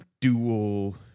dual